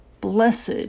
Blessed